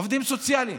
עובדים סוציאליים,